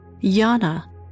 Yana